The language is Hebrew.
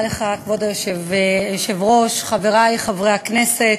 כבוד היושב-ראש, תודה רבה לך, חברי חברי הכנסת,